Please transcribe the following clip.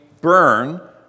burn